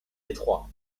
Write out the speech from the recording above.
étroit